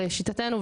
לשיטתנו,